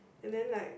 and then like